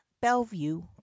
Bellevue